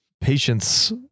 patience